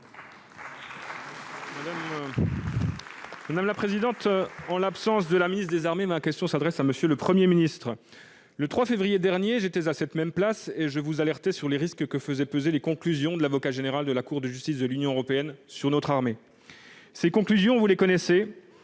Républicains. En l'absence de Mme la ministre des armées, ma question s'adresse à M. le Premier ministre. Le 3 février dernier, j'étais à cette même place et j'alertais sur les risques que faisaient peser les conclusions de l'avocat général de la Cour de justice de l'Union européenne sur notre armée. La ministre des armées